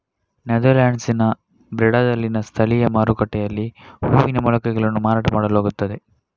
ನೆದರ್ಲ್ಯಾಂಡ್ಸಿನ ಬ್ರೆಡಾದಲ್ಲಿನ ಸ್ಥಳೀಯ ಮಾರುಕಟ್ಟೆಯಲ್ಲಿ ಹೂವಿನ ಮೊಳಕೆಗಳನ್ನು ಮಾರಾಟ ಮಾಡಲಾಗುತ್ತದೆ